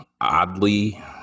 oddly